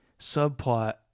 subplot